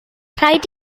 rhaid